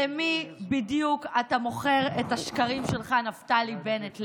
למי בדיוק אתה מוכר את השקרים שלך, נפתלי בנט?